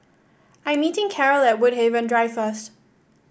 I'm meeting Carole at Woodhaven Drive first